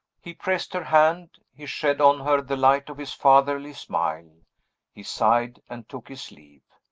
he pressed her hand he shed on her the light of his fatherly smile he sighed, and took his leave.